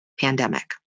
pandemic